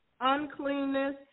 uncleanness